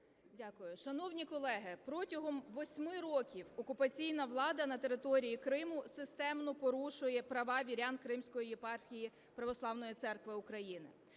Шановні колеги, протягом восьми років окупаційна влада на території Криму системно порушує права вірян Кримської єпархії Православної церкви України,